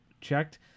checked